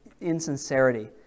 insincerity